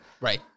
Right